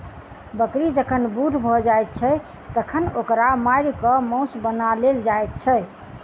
बकरी जखन बूढ़ भ जाइत छै तखन ओकरा मारि क मौस बना लेल जाइत छै